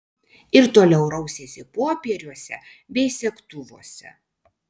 ir toliau rausėsi popieriuose bei segtuvuose